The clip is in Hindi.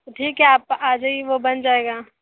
ठीक है आप आ जाइए वो बन जाएगा